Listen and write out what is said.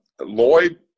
Lloyd